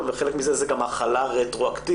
וחלק מזה הוא גם החלה רטרואקטיבית,